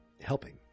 helping